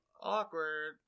Awkward